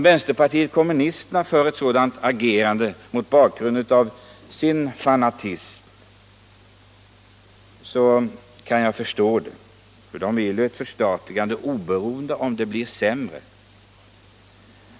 Vänsterpartiet kommunisternas agerande mot bakgrund av sin fanatism kan jag förstå. Man vill ha ett förstatligande, oavsett om det blir sämre.